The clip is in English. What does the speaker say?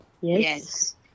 Yes